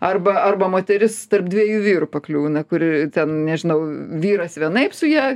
arba arba moteris tarp dviejų vyrų pakliūna kur ten nežinau vyras vienaip su ja